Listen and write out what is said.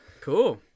Cool